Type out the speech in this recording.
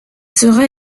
sera